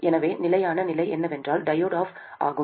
எனவே நிலையான நிலை என்னவென்றால் டையோடு ஆஃப் ஆகும்